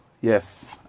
yes